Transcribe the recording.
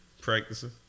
Practicing